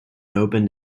opened